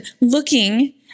looking